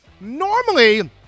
normally